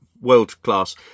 world-class